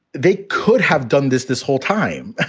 they could have done this this whole time.